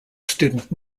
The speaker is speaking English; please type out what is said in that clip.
student